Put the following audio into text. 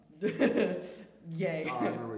Yay